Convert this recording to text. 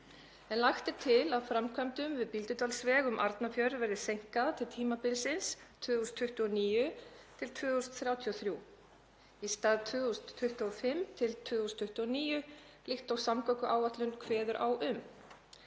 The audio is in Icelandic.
en lagt er til að framkvæmdum við Bíldudalsveg um Arnarfjörð verði seinkað til tímabilsins 2029–2033 í stað 2025–2029 líkt og samgönguáætlun kveður á um.